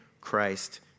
Christ